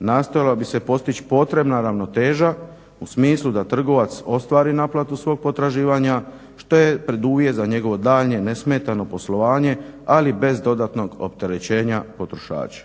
nastojala bi se postići potrebna ravnoteža u smislu da trgovac ostvari naplatu svog potraživanja što je preduvjet za njegovo daljnje nesmetano poslovanje ali bez dodatnog opterećenja potrošača.